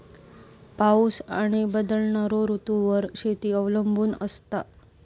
पाऊस आणि बदलणारो ऋतूंवर शेती अवलंबून असता